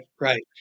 right